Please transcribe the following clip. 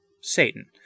Satan